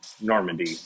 Normandy